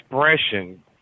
expression